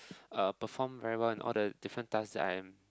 uh perform very well in all the different tasks that I am